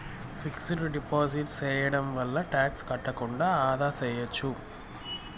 fixed deposit సేయడం వల్ల tax కట్టకుండా ఆదా సేయచ్చు